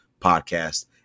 podcast